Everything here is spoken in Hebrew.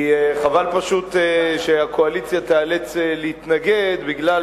כי חבל פשוט שהקואליציה תיאלץ להתנגד בגלל